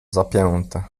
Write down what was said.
zapięte